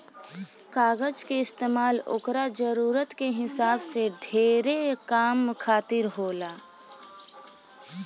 कागज के इस्तमाल ओकरा जरूरत के हिसाब से ढेरे काम खातिर होला